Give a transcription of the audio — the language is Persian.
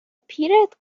پیرت